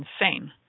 insane